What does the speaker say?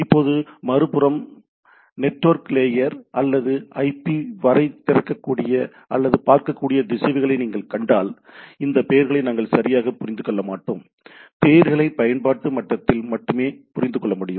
இப்போது மறுபுறம் network layer அல்லது ஐபி வரை திறக்கக்கூடிய அல்லது பார்க்கக்கூடிய திசைவிகளை நீங்கள் கண்டால் இந்த பெயர்களை நாங்கள் சரியாக புரிந்து கொள்ள மாட்டோம் பெயர்களை பயன்பாட்டு மட்டத்தில் மட்டுமே புரிந்து கொள்ள முடியும்